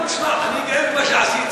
שמע, אני גאה במה שעשיתי.